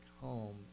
home